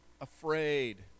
afraid